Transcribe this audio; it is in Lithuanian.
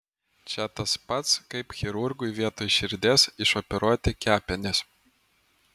čia tas pats kaip chirurgui vietoj širdies išoperuoti kepenis